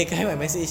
oh !wow!